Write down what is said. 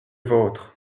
vôtres